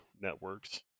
networks